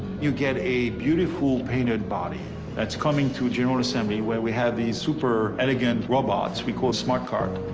you get a beautiful painted body that's coming to general assembly where we have these super elegant robots we call smart cart,